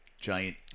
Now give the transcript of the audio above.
giant